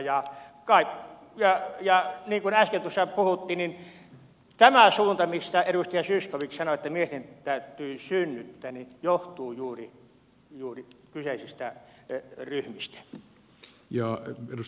ja niin kuin äsken tuossa puhuttiin niin tämä suunta mistä edustaja zyskowicz sanoi että miehen täytyy synnyttää johtuu juuri kyseisistä ryhmistä